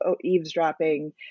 eavesdropping